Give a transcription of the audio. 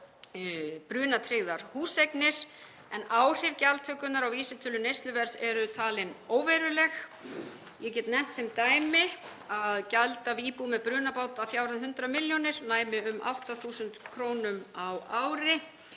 brunatryggðar húseignir en áhrif gjaldtökunnar á vísitölu neysluverðs eru talin óveruleg. Ég get nefnt sem dæmi að gjald af íbúð með brunabótamat að fjárhæð 100 millj. kr. næmi um 8.000 kr. á ári